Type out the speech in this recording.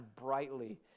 brightly